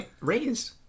raised